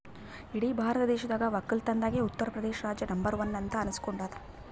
ಇಡೀ ಭಾರತ ದೇಶದಾಗ್ ವಕ್ಕಲತನ್ದಾಗೆ ಉತ್ತರ್ ಪ್ರದೇಶ್ ರಾಜ್ಯ ನಂಬರ್ ಒನ್ ಅಂತ್ ಅನಸ್ಕೊಂಡಾದ್